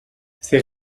ces